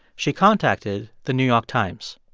she contacted the new york times.